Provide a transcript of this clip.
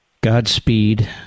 Godspeed